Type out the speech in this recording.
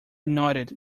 nodded